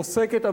עוסקת,